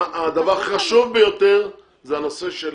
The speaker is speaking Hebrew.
הדבר החשוב ביותר, זה הנושא של